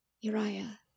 Uriah